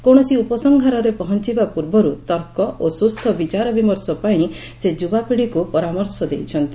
କୌଣସି ଉପସଂହାରରେ ପହଞ୍ଚବା ପୂର୍ବରୁ ତର୍କ ଓ ସୁସ୍ଥ ବିଚାର ବିମର୍ଷ ପାଇଁ ସେ ଯୁବାପିଢିକୁ ପରାମର୍ଶ ଦେଇଛନ୍ତି